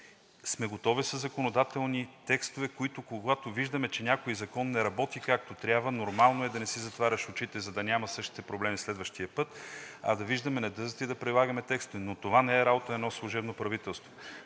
сме готови със законодателни текстове, които, когато виждаме, че някой закон не работи както трябва, нормално е да не си затваряш очите, за да няма същите проблеми следващия път, а да виждаме недъзите и да прилагаме текстовете. Но това не е работа на едно служебно правителство.